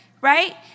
right